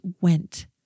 went